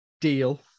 deal